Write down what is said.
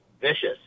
vicious